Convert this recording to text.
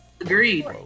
Agreed